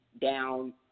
down